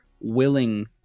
willing